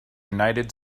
united